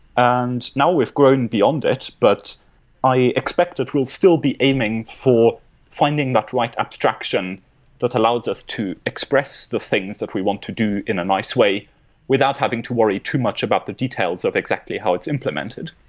and now, we've grown beyond it, but i expect that we'll still be aiming for finding that right abstraction that allows us to express the things that we want to do in a nice way without having to worry too much about the details of exactly how it's implemented.